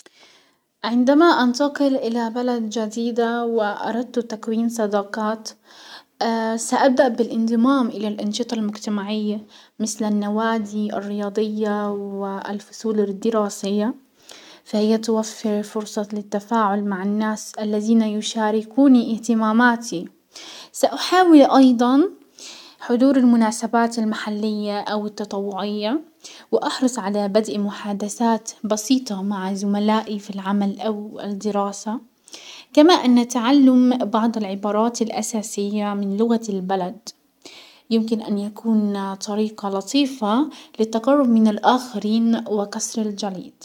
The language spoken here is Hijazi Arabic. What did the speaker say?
عندما انتقل الى بلد جديدة واردت تكوين صداقات سابدأ بالانضمام الى الانشطة المجتمعية مسل النوادي الرياضية والفصول الدراسية، فهي توفر فرصة للتفاعل مع الناس الزين يشاركوني اهتماماتي، ساحاول ايضا حضور المناسبات المحلية او التطوعية واحرص على بدء محادسات بسيطة مع زملائي في العمل او الدراسة، كما ان تعلم بعض العبارات الاساسية من لغة البلد يمكن ان يكون طريقة لطيفة للتقرب من الاخرين وكسر الجليد.